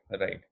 right